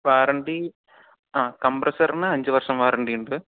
warranty കംപ്രസറിന് അഞ്ചുവർഷം വാറൻറ്റിയുണ്ട്